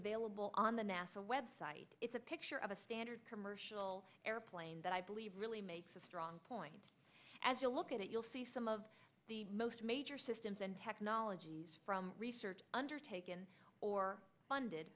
available on the nasa website it's a picture of a standard commercial airplane that i believe really makes a strong point as you look at it you'll see some of the most major systems and technologies from research undertaken or funded